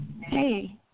Hey